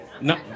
No